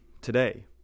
today